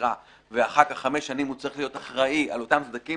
בדירה ואחר כך חמש שנים הוא צריך להיות אחראי על אותם סדקים,